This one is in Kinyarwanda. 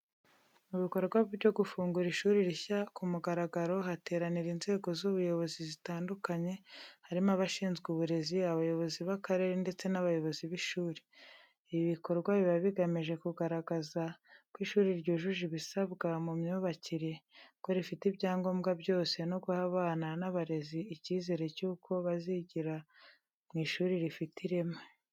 Mu bikorwa byo gufungura ishuri rishya ku mugaragaro hateranira inzego z'ubuyobozi zitandukanye, harimo abashinzwe uburezi, abayobozi b'akarere ndetse n'abayobozi b'ishuri. Ibi bikorwa biba bigamije kugaragaza ko ishuri ryujuje ibisabwa mu myubakire, ko rifite ibyangombwa byose, no guha abana n'abarezi icyizere cy'uko bazigira mu ishuri rifite ireme.